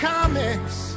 Comics